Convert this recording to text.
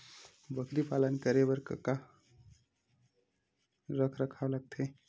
बकरी पालन करे बर काका रख रखाव लगथे?